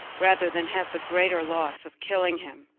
rather than have the greater loss of killing him.